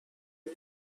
حیف